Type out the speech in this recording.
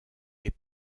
est